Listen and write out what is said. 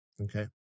Okay